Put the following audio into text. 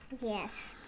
Yes